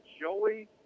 Joey